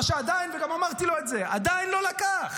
מה שעדיין, גם אמרתי לו את זה, עדיין לא לקח.